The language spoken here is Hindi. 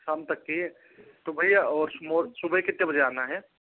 शाम तक चाहिए तो भैया और सुबह कितने बजे आना है